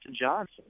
Johnson